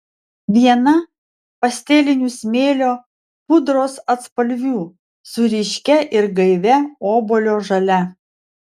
viena pastelinių smėlio pudros atspalvių su ryškia ir gaivia obuolio žalia